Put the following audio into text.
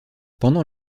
pendant